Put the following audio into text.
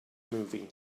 movie